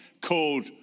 called